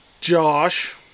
Josh